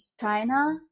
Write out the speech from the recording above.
China